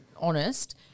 honest